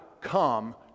come